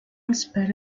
espere